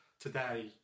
today